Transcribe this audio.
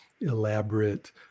elaborate